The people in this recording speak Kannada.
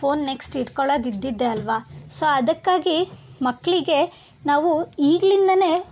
ಫೋನ್ ನೆಕ್ಸ್ಟ್ ಇಟ್ಕೊಳ್ಳೋದು ಇದ್ದಿದ್ದೇ ಅಲ್ವಾ ಸೊ ಅದಕ್ಕಾಗಿ ಮಕ್ಕಳಿಗೆ ನಾವು ಈಗ್ಲಿಂದನೇ